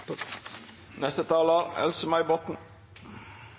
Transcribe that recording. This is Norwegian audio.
neste taler.